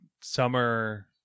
summer